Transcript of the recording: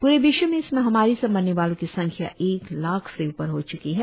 पूरे विश्व में इस महामारी से मरने वालों की संख्या एक लाख से ऊपर हो च्की है